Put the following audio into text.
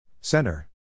Center